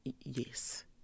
Yes